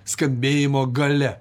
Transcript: skambėjimo galia